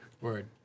Word